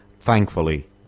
thankfully